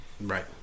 Right